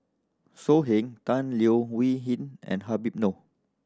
So Heng Tan Leo Wee Hin and Habib Noh